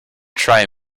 try